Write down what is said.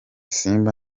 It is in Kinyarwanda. simba